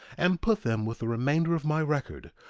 and put them with the remainder of my record,